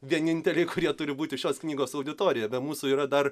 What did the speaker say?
vieninteliai kurie turi būti šios knygos auditorija be mūsų yra dar